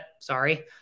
sorry